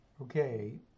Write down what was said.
Okay